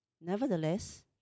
Nevertheless